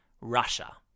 Russia